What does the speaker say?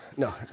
No